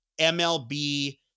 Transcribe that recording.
MLB